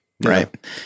right